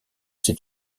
c’est